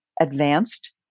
advanced